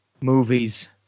Movies